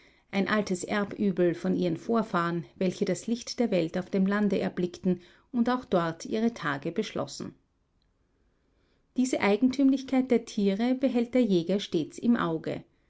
ein altes erbübel von ihren vorfahren welche das licht der welt auf dem lande erblickten und auch dort ihre tage beschlossen diese eigentümlichkeit der tiere behält der jäger stets im auge